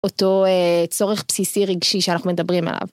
אותו צורך בסיסי רגשי שאנחנו מדברים עליו.